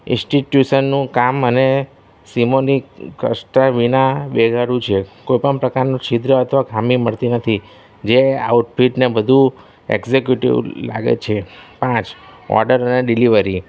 ઇન્સ્ટીટ્યુશનનું કામ અને સિમોનિક કષ્ટ વિના બેગારું છે કોઈપણ પ્રકારનું છિદ્ર અથવા ખામી મળતી નથી જે આઉટફિટને બધું એકઝેક્યુટિવ લાગે છે પાંચ ઓડર અને ડિલિવરી